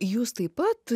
jūs taip pat